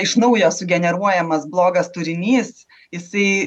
iš naujo sugeneruojamas blogas turinys jisai